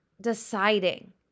deciding